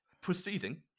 Proceeding